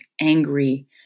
angry